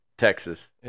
Texas